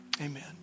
Amen